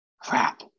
crap